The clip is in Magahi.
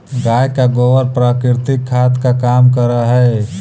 गाय का गोबर प्राकृतिक खाद का काम करअ हई